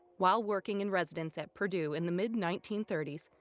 while working in residence at purdue in the mid nineteen thirty s,